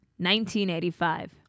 1985